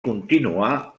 continuà